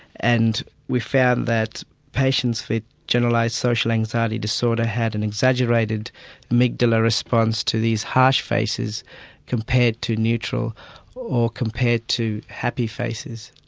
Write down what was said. and we found that patients with generalised social anxiety disorder had an exaggerated amygdala response to these harsh faces compared to neutral or compared to happy faces.